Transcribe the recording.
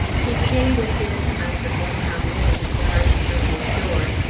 he came within i forget how many yards from the shore,